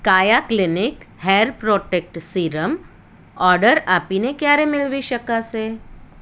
કાયા clinic hair protect serum order આપીને ક્યારે મેળવી શકાશે